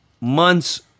months